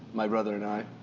my brother and i.